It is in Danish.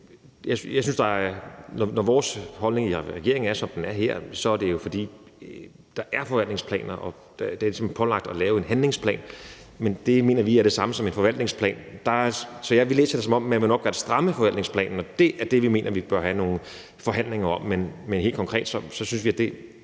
Når regeringens holdning er, som den er her, så er det jo, fordi der er forvaltningsplaner. Her pålægges man så at lægge en handlingsplan, men det mener vi er det samme som en forvaltningsplan. Så vi læser det, som om man nok vil stramme forvaltningsplanen, og det er det, vi mener vi bør have nogle forhandlinger om. Men helt konkret mener vi, at rent